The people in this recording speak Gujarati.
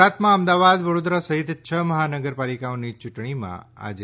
ગુજરાતમાં અમદાવાદ વડોદરા સહિત છ મહાનગરપાલિકાઓની ચૂંટણીમાં આજે